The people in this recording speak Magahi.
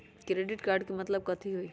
क्रेडिट कार्ड के मतलब कथी होई?